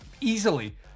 easily